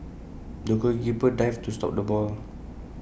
the goalkeeper dived to stop the ball